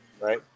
right